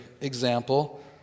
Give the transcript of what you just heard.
example